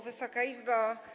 Wysoka Izbo!